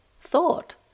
thought